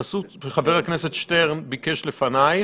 פשוט חבר הכנסת שטרן ביקש לפנייך.